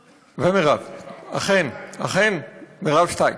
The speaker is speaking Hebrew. ומרב, אכן, אכן, מרב שתיים.